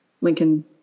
Lincoln